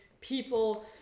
people